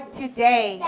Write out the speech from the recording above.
today